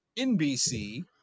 NBC